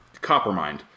Coppermind